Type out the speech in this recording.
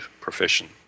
profession